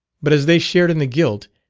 but as they shared in the guilt,